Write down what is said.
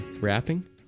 rapping